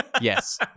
Yes